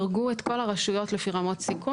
אני רוצה לקדם כל דבר שיכול לעזור לנו לבנות עוד תחנות.